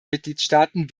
mitgliedstaaten